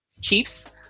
Chiefs